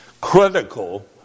critical